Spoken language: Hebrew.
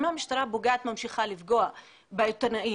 אם המשטרה פוגעת וממשיכה לפגוע בעיתונאים